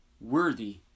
worthy